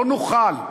לא נוכל.